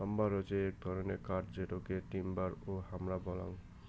lumber হসে এক ধরণের কাঠ যেটোকে টিম্বার ও হামরা বলাঙ্গ